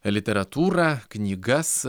literatūrą knygas